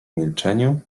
milczeniu